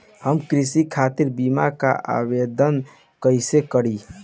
हम कृषि खातिर बीमा क आवेदन कइसे करि?